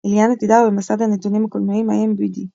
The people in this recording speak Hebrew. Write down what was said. אליאנה תדהר, במסד הנתונים הקולנועיים IMDb